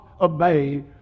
obey